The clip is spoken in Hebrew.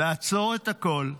לעצור את הכול.